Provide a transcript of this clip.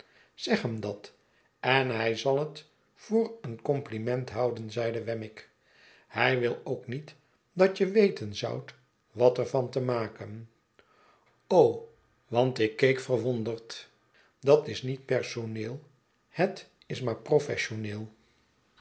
zeg hem dat en hij zal het voor een compliment houden zeide wemmick hij wilook niet dat je weten zoudt wat er van te maken want ik keek verwonderd dat is niet personeel het is maar